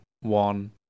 one